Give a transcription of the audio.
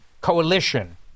coalition